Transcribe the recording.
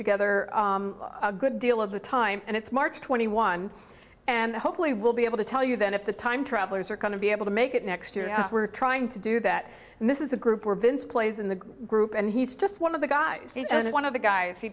together a good deal of the time and it's march twenty one and hopefully we'll be able to tell you that if the time travelers are going to be able to make it next year we're trying to do that and this is a group where vince plays in the group and he's just one of the guys one of the guys